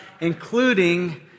including